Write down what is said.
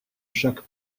chaque